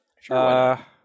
Sure